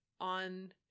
on